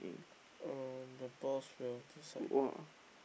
uh the boss will decide